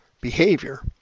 behavior